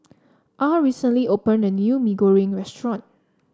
Ah recently opened a new Mee Goreng restaurant